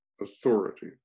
authority